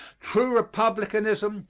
true republicanism,